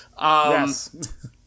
Yes